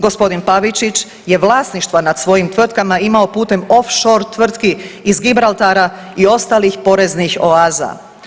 Gospodin Pavičić je vlasništva nad svojim tvrtkama imao putem off-shore tvrtki iz Gibraltara i ostalih poreznih oaza.